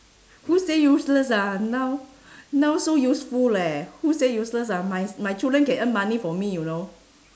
who say useless ah now now so useful leh who say useless ah my my children can earn money for me you know